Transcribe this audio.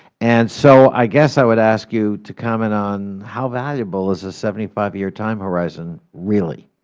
and so i guess i would ask you to comment on how valuable is a seventy five year time horizon really.